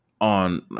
On